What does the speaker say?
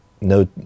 no